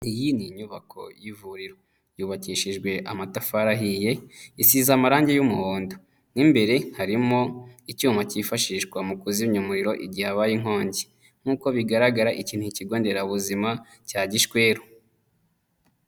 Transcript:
Iyi ni inyubako y'ivuriro yubakishijwe amatafari ahiye, isize amarangi y'umuhondo. Mo imbere harimo icyuma cyifashishwa mu kuzimya umuriro igihe habaye inkongi. Nk'uko bigaragara iki ni ikigo nderabuzima cya Gishweru.